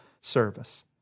service